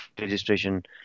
registration